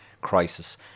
crisis